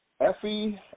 Effie